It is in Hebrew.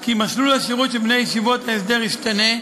כי מסלול השירות של בני ישיבות ההסדר ישתנה,